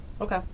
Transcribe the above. okay